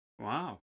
Wow